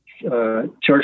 Church